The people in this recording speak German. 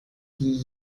die